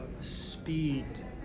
speed